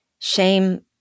Shame